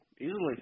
Easily